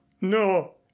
no